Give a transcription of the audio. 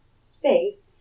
space